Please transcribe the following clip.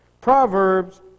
Proverbs